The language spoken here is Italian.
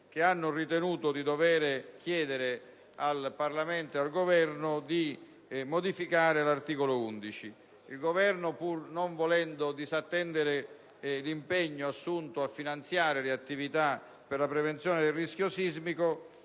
hanno ritenuto di chiedere al Parlamento e al Governo di modificare tale articolo. Il Governo, pur non volendo disattendere l'impegno assunto a finanziare le attività per la prevenzione del rischio sismico,